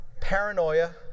paranoia